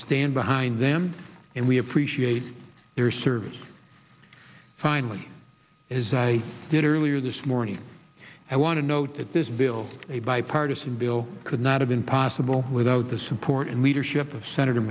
stand behind them and we appreciate their service finally as i did earlier this morning i want to note that this bill a bipartisan bill could not have been possible without the support and leadership of senator